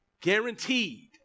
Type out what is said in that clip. Guaranteed